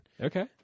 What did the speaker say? Okay